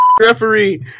referee